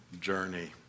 journey